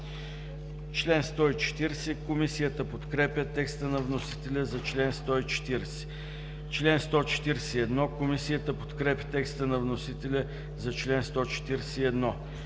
чл. 197. Комисията подкрепя текста на вносителя за чл. 198. Комисията подкрепя текста на вносителя за чл. 199.